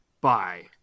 Bye